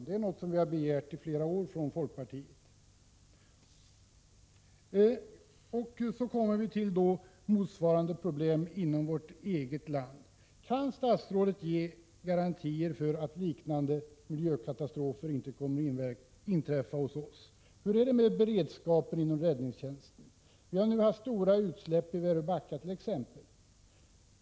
Det är någonting som vi från folkpartiet begärt i flera år. Apropå motsvarande problem i vårt eget land: Kan statsrådet ge garantier för att liknande miljökatastrofer inte kommer att inträffa hos oss? Hur är det med beredskapen inom räddningstjänsten? Det har varit stora utsläpp it.ex. Värö Backa.